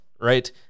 right